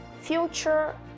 future